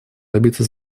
добиться